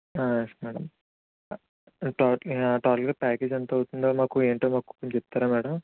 yes madam total టోటల్గా package ఎంత అవుతుందో మాకు ఏంటో కొంచెం చెప్తారా మ్యాడం